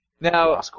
Now